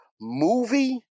movie